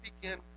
begin